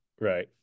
right